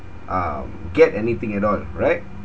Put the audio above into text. um get anything at all right